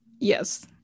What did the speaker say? Yes